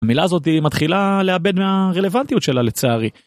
המילה הזאת מתחילה לאבד מהרלוונטיות שלה לצערי.